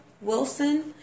Wilson